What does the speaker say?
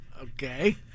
Okay